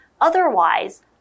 Otherwise